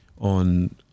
on